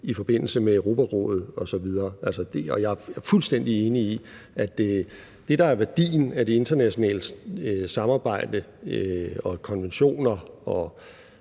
i forbindelse med Europarådet osv. Jeg er fuldstændig enig i, at det, der er værdien af det internationale samarbejde og konventioner